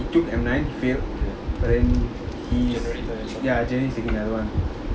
he took at night failed then he's ya january he is taking another one